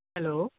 hello